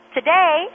Today